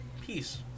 Peace